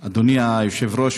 אדוני היושב-ראש,